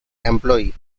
employee